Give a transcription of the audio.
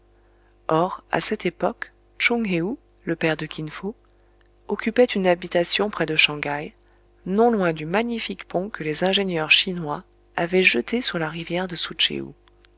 or à cette époque tchoung héou le père de kin fo occupait une habitation près de shang haï non loin du magnifique pont que les ingénieurs chinois avaient jeté sur la rivière de